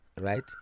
right